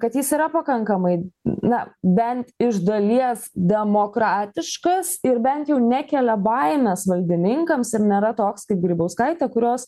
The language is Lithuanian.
kad jis yra pakankamai na bent iš dalies demokratiškas ir bent jau nekelia baimės valdininkams ir nėra toks kaip grybauskaitė kurios